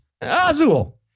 Azul